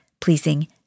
pleasing